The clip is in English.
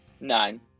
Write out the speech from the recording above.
Nine